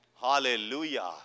Hallelujah